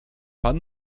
pan